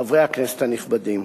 חברי הכנסת הנכבדים,